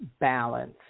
balance